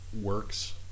works